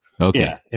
Okay